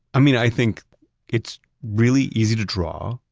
i mean i think it's really easy to draw.